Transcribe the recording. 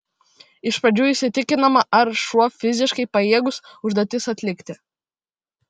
iš pradžių įsitikinama ar šuo fiziškai pajėgus užduotis atlikti